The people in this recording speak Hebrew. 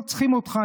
לא צריכים אותך,